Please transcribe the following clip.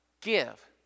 give